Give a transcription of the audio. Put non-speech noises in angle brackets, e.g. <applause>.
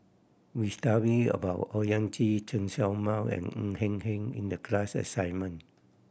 we <unintelligible> about Owyang Chi Chen Show Mao and Ng Eng Hen in the class assignment